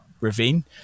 ravine